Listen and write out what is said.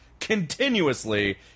Continuously